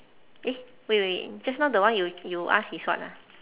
eh wait wait just now the one you you ask is what ah